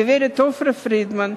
הגברת עפרה פרידמן,